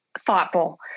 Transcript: thoughtful